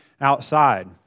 outside